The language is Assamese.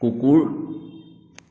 কুকুৰ